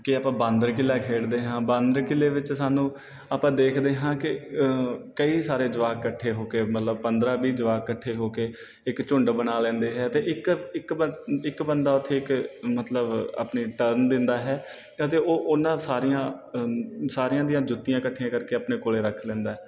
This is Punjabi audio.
ਕਿ ਆਪਾਂ ਬਾਂਦਰ ਕੀਲਾ ਖੇਡਦੇ ਹਾਂ ਬਾਂਦਰ ਕੀਲੇ ਵਿੱਚ ਸਾਨੂੰ ਆਪਾਂ ਦੇਖਦੇ ਹਾਂ ਕਿ ਕਈ ਸਾਰੇ ਜੁਆਕ ਇਕੱਠੇ ਹੋ ਕੇ ਮਤਲਬ ਪੰਦਰਾਂ ਵੀਹ ਜੁਆਕ ਇਕੱਠੇ ਹੋ ਕੇ ਇੱਕ ਝੁੰਡ ਬਣਾ ਲੈਂਦੇ ਹੈ ਅਤੇ ਇੱਕ ਇੱਕ ਬ ਇੱਕ ਬੰਦਾ ਉੱਥੇ ਇੱਕ ਮਤਲਬ ਆਪਣੀ ਟਰਨ ਦਿੰਦਾ ਹੈ ਅਤੇ ਉਹ ਉਹਨਾਂ ਸਾਰੀਆਂ ਸਾਰਿਆਂ ਦੀਆਂ ਜੁੱਤੀਆਂ ਇਕੱਠੀਆਂ ਕਰਕੇ ਆਪਣੇ ਕੋਲ ਰੱਖ ਲੈਂਦਾ ਹੈ